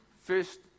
First